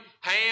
Ham